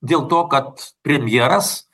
dėl to kad premjeras